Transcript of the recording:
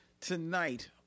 tonight